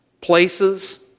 places